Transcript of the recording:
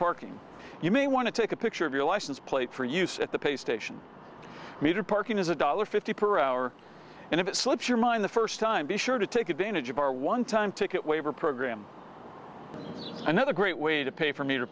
parking you may want to take a picture of your license plate for use at the pay station metered parking is a one dollar fifty cents per hour and if it slips your mind the st time be sure to take advantage of our one time ticket waiver program another great way to pay for me to